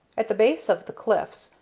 at the base of the cliffs,